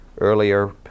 earlier